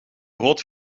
rood